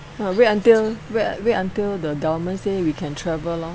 uh wait until wait wait until the government say we can travel lor